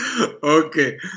Okay